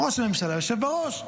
ראש הממשלה יושב בראש,